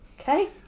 Okay